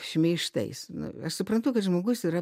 šmeižtais nu aš suprantu kad žmogus yra